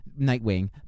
nightwing